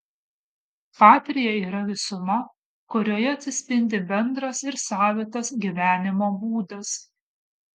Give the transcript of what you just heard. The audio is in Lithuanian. patria yra visuma kurioje atsispindi bendras ir savitas gyvenimo būdas